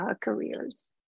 careers